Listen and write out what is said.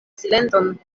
silenton